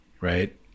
right